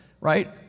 right